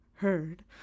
heard